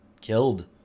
killed